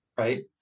right